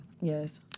Yes